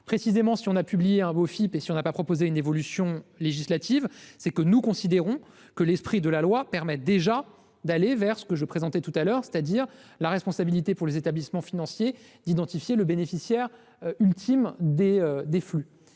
Si nous avons publié un Bofip et si nous n'avons pas proposé une évolution législative, c'est que nous considérons que l'esprit de la loi permet déjà d'aller vers ce que j'ai déjà évoqué : la responsabilité pour les établissements financiers d'identifier le bénéficiaire ultime des flux.